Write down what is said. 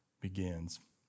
begins